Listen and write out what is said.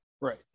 Right